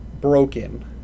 broken